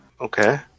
Okay